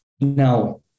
Now